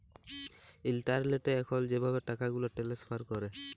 ইলটারলেটে এখল যেভাবে টাকাগুলা টেলেস্ফার ক্যরে